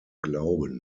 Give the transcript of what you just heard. glauben